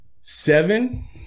seven